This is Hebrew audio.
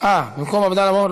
במקום עבדאללה אבו מערוף,